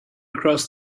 across